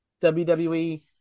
WWE